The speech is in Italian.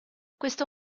questo